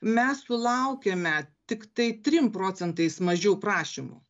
mes sulaukiame tiktai trim procentais mažiau prašymų